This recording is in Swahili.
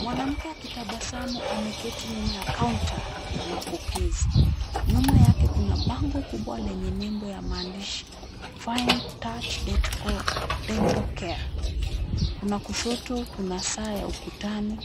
Mwanamke akitabasamu ameketi nyuma ya kaunta ya mapokezi. Nyuma yake kuna bango kubwa lenye nembo ya maandishi Fine Touch Dental Care. Kuna kushoto kuna saa ya ukutani.